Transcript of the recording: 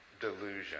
delusion